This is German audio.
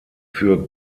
für